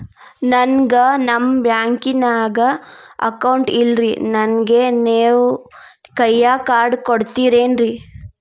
ನನ್ಗ ನಮ್ ಬ್ಯಾಂಕಿನ್ಯಾಗ ಅಕೌಂಟ್ ಇಲ್ರಿ, ನನ್ಗೆ ನೇವ್ ಕೈಯ ಕಾರ್ಡ್ ಕೊಡ್ತಿರೇನ್ರಿ?